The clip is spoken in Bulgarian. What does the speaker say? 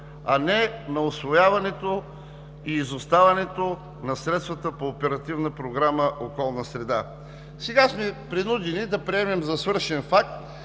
а не на усвояването и изоставането на средствата по Оперативна програма „Околна среда“. Сега сме принудени да приемем за свършен факт